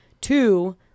Two